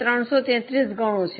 83333 ગણો છે